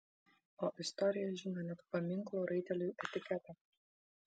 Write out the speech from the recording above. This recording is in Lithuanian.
o istorija žino net paminklo raiteliui etiketą